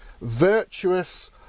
virtuous